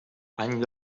any